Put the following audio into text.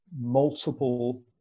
multiple